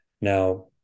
Now